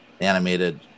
animated